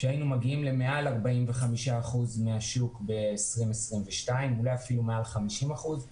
- שהיינו מגיעים למעל 45 אחוזים מהשוק ב-2022 ואז יהיו מעל 50 אחוזים.